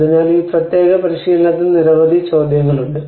അതിനാൽ ഈ പ്രത്യേക പരിശീലനത്തിൽ നിരവധി ചോദ്യങ്ങളുണ്ട്